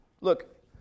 Look